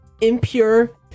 impure